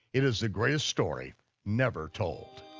it is the greatest story never told.